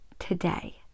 today